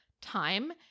time